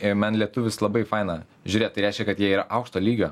ir man lietuvius labai faina žiūrėti tai reiškia kad jie yra aukšto lygio